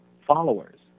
followers